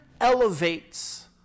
elevates